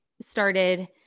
started